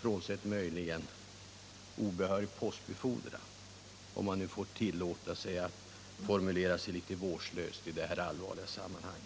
frånsett möjligen obehörig postbefordran — om man nu får tillåta sig en något vårdslös formulering i detta sammanhang.